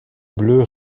bleue